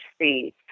see